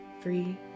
three